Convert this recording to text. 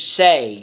say